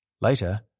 Later